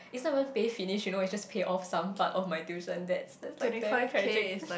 it's not going to pay finish you know it's just pay off some part of my tuition that like damn tragic